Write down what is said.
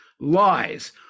lies